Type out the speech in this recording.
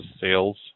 sales